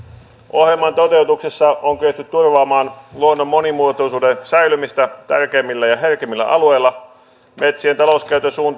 ohjelman toteutuksessa on kyetty turvaamaan luonnon monimuotoisuuden säilymistä tärkeimmillä ja herkimmillä alueilla metsien talouskäytön